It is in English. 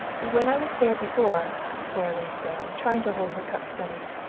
when i was there before, sara lee said, trying to hold her cup steady,